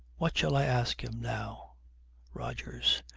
what shall i ask him now rogers.